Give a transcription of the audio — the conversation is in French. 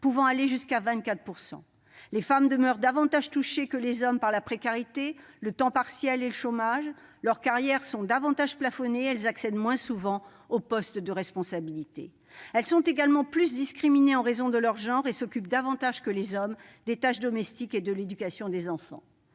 -pouvant aller jusqu'à 24 %. Les femmes demeurent davantage touchées que les hommes par la précarité, le temps partiel et le chômage, leurs carrières sont davantage plafonnées, elles accèdent moins souvent aux postes de responsabilités. Elles sont également plus discriminées en raison de leur genre et s'occupent davantage que les hommes des tâches domestiques et de l'éducation des enfants.